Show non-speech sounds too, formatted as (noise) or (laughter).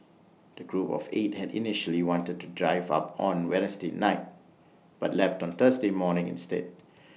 the group of eight had initially wanted to drive up on Wednesday night but left on Thursday morning instead (noise) (noise)